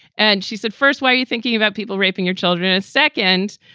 and she said first, why are you thinking about people raping your children? and second,